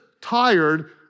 tired